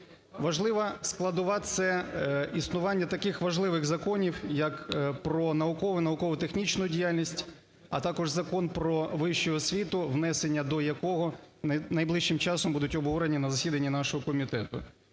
Важлива складова – це існування таких важливих законів як "Про наукову і науково-технічну діяльність", а також Закон "Про Вищу освіту", внесення до якого найближчим часом будуть обговорені на засіданні нашого комітету.